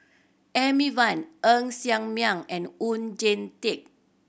Amy Van Ng Ser Miang and Oon Jin Teik